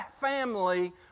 family